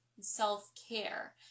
self-care